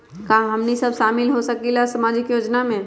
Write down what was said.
का हमनी साब शामिल होसकीला सामाजिक योजना मे?